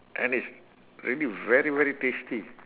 and it's really very very tasty